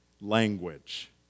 language